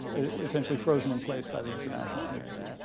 essentially frozen in place by the international community? and